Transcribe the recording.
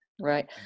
Right